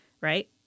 right